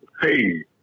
Hey